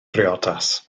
briodas